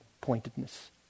pointedness